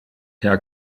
herr